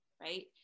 right